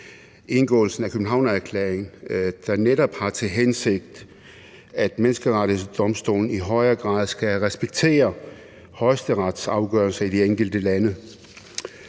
indgåelsen af Københavnererklæringen, der netop har til hensigt, at Menneskerettighedsdomstolen i højere grad skal respektere højesteretsafgørelser i de enkelte lande.